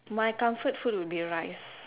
my comfort food would be a rice